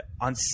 on